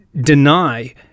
deny